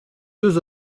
deux